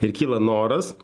ir kyla noras